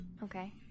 Okay